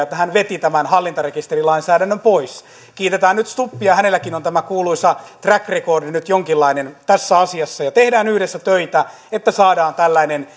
että hän veti tämän hallintarekisterilainsäädännön pois kiitetään nyt stubbia hänelläkin on tämä kuuluisa track record nyt nyt jonkinlainen tässä asiassa tehdään yhdessä töitä että saadaan tällainen